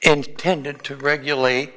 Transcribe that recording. and tended to regulate